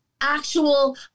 actual